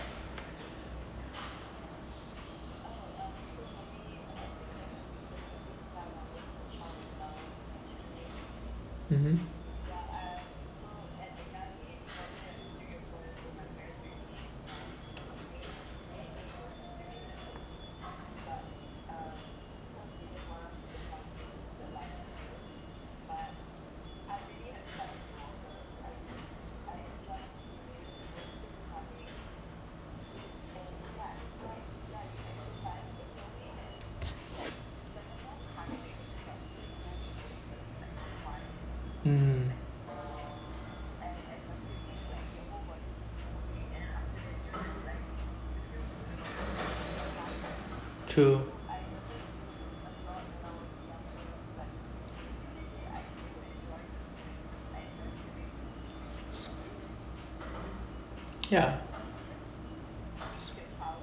mmhmm mm true ya